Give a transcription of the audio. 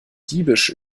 diebisch